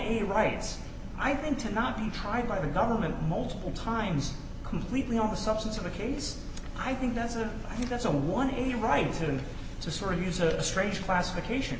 the rights i think to not be tried by the government multiple times completely on the substance of the case i think that's it he doesn't want any rights and to sort of use a strange classification